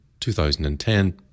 2010